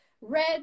red